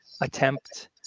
attempt